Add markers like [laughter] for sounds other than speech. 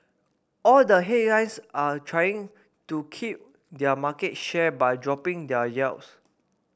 all the [unintelligible] are trying to keep their market share by dropping their yields